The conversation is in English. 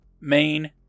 main